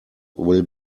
will